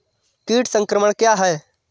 कीट संक्रमण क्या है?